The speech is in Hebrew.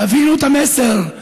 תבינו את המסר: